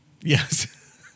Yes